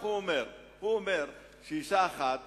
הוא אומר שאשה אחת